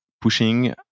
pushing